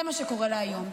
זה מה שקורה לה היום.